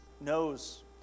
knows